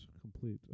complete